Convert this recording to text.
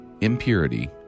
impurity